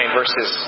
verses